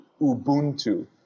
Ubuntu